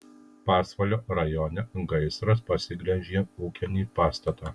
pasvalio rajone gaisras pasiglemžė ūkinį pastatą